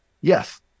yes